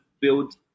build